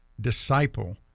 disciple